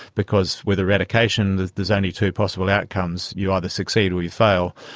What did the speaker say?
because with eradication there is only two possible outcomes you either succeed or you fail.